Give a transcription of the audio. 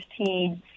15